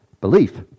belief